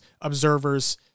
observers